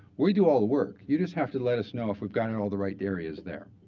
we do all the work, you just have to let us know if we've gone in all the right areas there.